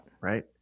right